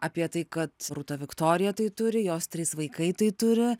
apie tai kad rūta viktorija tai turi jos trys vaikai tai turi